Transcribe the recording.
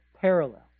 parallel